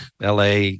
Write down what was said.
la